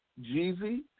jeezy